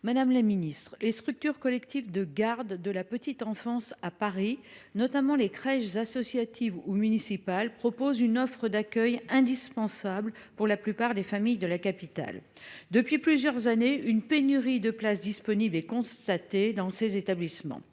Madame la ministre, les structures collectives de garde de la petite enfance à Paris, notamment les crèches associatives ou municipales, proposent une offre d'accueil indispensable pour la plupart des familles de la capitale. Depuis plusieurs années, une pénurie de places disponibles est constatée dans ces établissements.